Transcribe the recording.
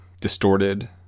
distorted